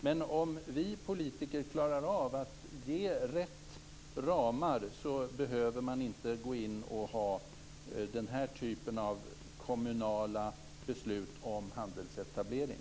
Men om vi politiker klarar av att ge rätt ramar så behöver man inte gå in och ha den här typen av kommunala beslut om handelsetablering.